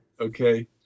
Okay